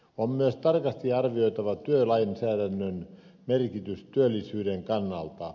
on myös tarkasti arvioitava työlainsäädännön merkitystä työllisyyden kannalta